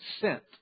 Sent